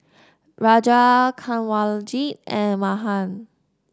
Raja Kanwaljit and Mahan